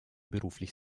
beruflich